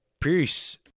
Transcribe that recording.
Peace